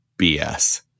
BS